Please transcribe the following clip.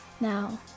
Now